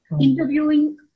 interviewing